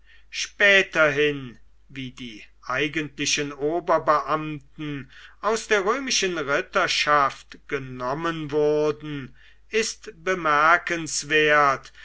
späterhin wie die eigentlichen oberbeamten aus der römischen ritterschaft genommen wurden ist bemerkenswert